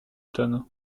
tonnes